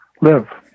live